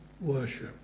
worship